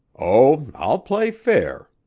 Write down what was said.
oh, i'll play fair.